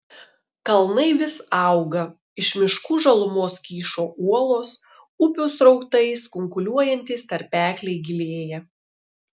kalnai vis auga iš miškų žalumos kyšo uolos upių srautais kunkuliuojantys tarpekliai gilėja